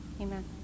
Amen